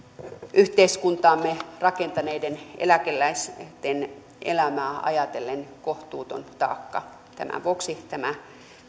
yhteiskuntaamme rakentaneiden eläkeläisten elämää ajatellen kohtuuton taakka tämän vuoksi tämä